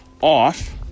off